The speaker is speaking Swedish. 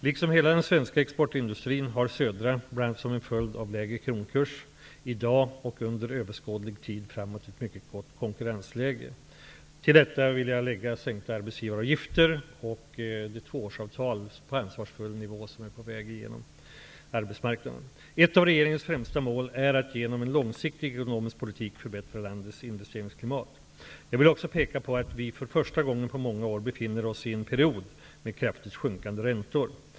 Liksom hela den svenska exportindustrin har Södra, bl.a. som en följd av den lägre kronkursen, i dag och under överskådlig tid framåt ett mycket gott konkurrensläge. Till detta vill jag lägga sänkta arbetsgivaravgifter och det tvåårsavtal på ansvarsfull nivå som är på väg att gå igenom på arbetsmarknaden. Ett av regeringens främsta mål är att genom en långsiktig ekonomisk politik förbättra landets investeringsklimat. Jag vill också peka på att vi för första gången på många år befinner oss i en period med kraftigt sjunkande räntor.